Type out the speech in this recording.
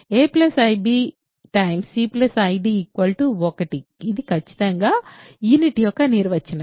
a ib c id 1 ఇది ఖచ్చితంగా unit యొక్క నిర్వచనం